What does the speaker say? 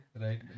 right